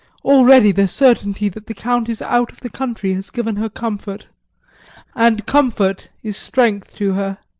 already the certainty that the count is out of the country has given her comfort and comfort is strength to her.